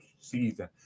season